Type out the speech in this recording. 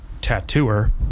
tattooer